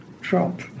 Trump